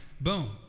boom